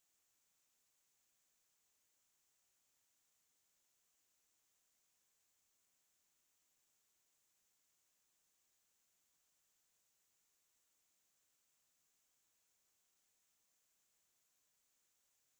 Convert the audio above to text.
err it just so happens like அந்த:antha module eh select பண்ணிட்டு இப்படி பன்றோம்:pannittu ippadi pandroam lah like in in the semester lah but then err you know they they might take this same module in another semester and do also so பொறுத்துட்டு பார்க்கணும்:porutthuttu paarkkanum lah so